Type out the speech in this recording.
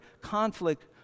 conflict